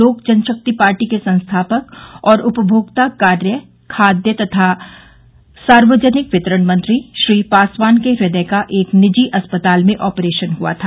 Lok Janshakti party के संस्थापक और उपभोक्ता कार्य खादय तथा सार्वजनिक वितरण मंत्री श्री पासवान के इदय का एक निजी अस्पताल में ऑपरेशन हुआ था